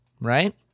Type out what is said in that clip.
right